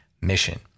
mission